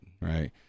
right